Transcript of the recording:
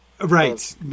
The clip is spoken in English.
Right